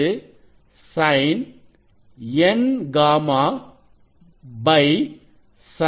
அது sin N γ sin γ